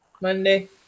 Monday